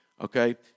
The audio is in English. okay